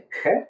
Okay